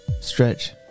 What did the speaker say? Stretch